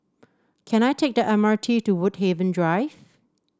can I take the M R T to Woodhaven Drive